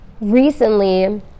recently